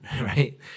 right